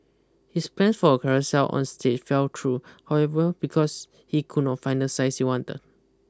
his plan for a carousel on stage fell through however because he could not find the size he wanted